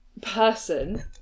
person